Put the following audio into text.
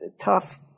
tough